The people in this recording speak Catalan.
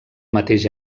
mateix